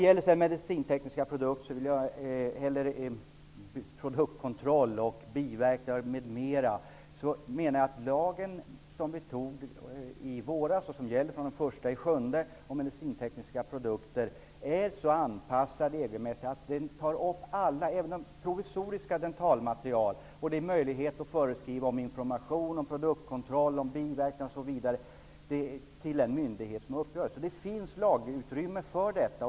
När det sedan gäller produktkontroll, biverkningar m.m. menar jag att den lag som vi beslutade om i våras, och som gäller från den 1 juli, om medicintekniska produkter är så anpassad till EG att den tar upp alla dentalmaterial, även de provisoriska. Det finns möjlighet att föreskriva om information, produktkontroll, biverkningar osv. till den myndighet som har uppdraget. Det finns lagutrymme för detta.